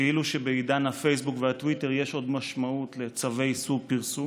כאילו שבעידן הפייסבוק והטוויטר יש עוד משמעות לצווי איסור פרסום,